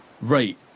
Right